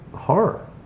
horror